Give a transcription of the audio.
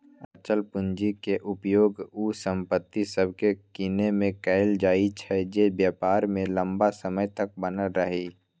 अचल पूंजी के उपयोग उ संपत्ति सभके किनेमें कएल जाइ छइ जे व्यापार में लम्मा समय तक बनल रहइ